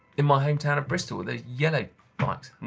in my hometown of bristol where there's yellow bikes.